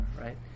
right